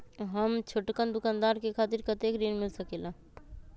हम छोटकन दुकानदार के खातीर कतेक ऋण मिल सकेला?